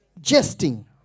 jesting